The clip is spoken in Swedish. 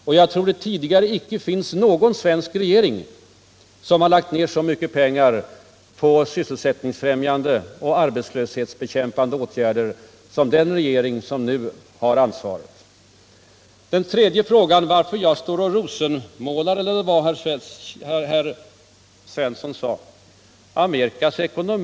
Och jag tror att det inte har funnits någon svensk regering tidigare som har lagt ned så mycket pengar på sysselsättningsfrämjande och arbetslöshetsbekämpande åtgärder som den regering som nu har ansvaret. Den tredje frågan var varför jag stod här och rosenmålade Amerikas ekonomi — eller hur det nu var Jörn Svensson sade.